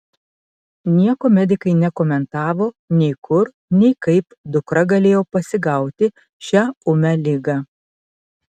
nieko medikai nekomentavo nei kur nei kaip dukra galėjo pasigauti šią ūmią ligą